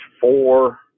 four